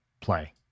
play